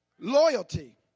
Loyalty